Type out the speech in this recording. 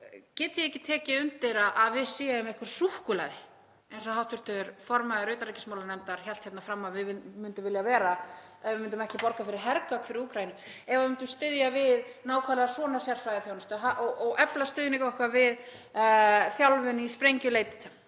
get ég ekki tekið undir að við séum einhver súkkulaði, eins og hv. formaður utanríkismálanefndar hélt hérna fram að við myndum vilja vera ef við myndum ekki borga fyrir hergögn fyrir Úkraínu. Ef við myndum styðja við nákvæmlega svona sérfræðiþjónustu og efla stuðning okkar við þjálfun í sprengjuleitarbúnaði